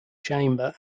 chamber